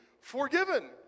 forgiven